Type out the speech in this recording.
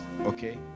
Okay